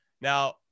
Now